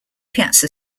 piazza